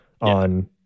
on